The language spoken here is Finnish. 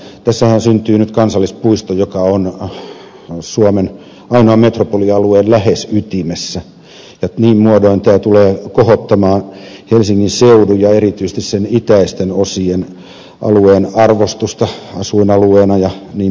tässähän syntyy nyt kansallispuisto joka on suomen ainoana lähes metropolialueen ytimessä ja niin muodoin tämä tulee kohottamaan helsingin seudun ja erityisesti sen itäisten osien alueen arvostusta asuinalueena jnp